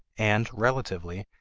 and, relatively,